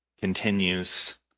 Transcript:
continues